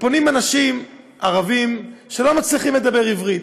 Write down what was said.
פונים אנשים, ערבים שלא מצליחים לדבר עברית,